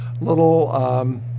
little